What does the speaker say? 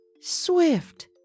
swift